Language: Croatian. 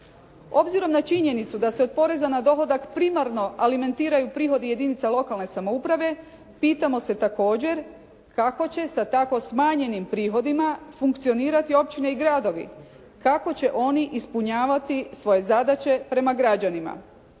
Obzirom na činjenicu da se od poreza na dohodak primarno alimentiraju prihodi jedinica lokalne samouprave pitamo se također kako će sa tako smanjenim prihodima funkcionirati općine i gradovi, kako će oni ispunjavati svoje zadaće prema građanima,